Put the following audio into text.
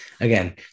again